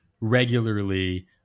regularly